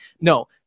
No